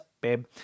babe